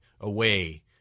away